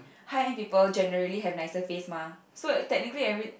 high end people generally have nicer face mah so technically every